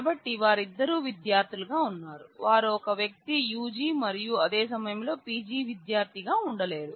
కాబట్టి వారిద్దరూ విద్యార్థులుగా ఉన్నారు వారు ఒక వ్యక్తి యుజి మరియు అదే సమయంలో పిజి విద్యార్థిగా ఉండలేరు